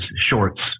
shorts